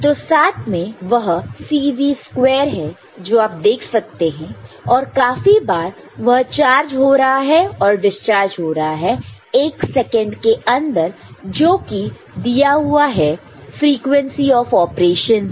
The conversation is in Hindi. तो साथ में वह C V स्क्वेयर है जो आप देख सकते हैं और काफी बार वह चार्ज हो रहा है और डिस्चार्ज हो रहा है 1 सेकंड के अंदर जोकि दिया हुआ है फ्रीक्वेंसी ऑफ ऑपरेशन से